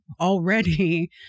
already